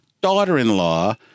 daughter-in-law